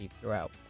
throughout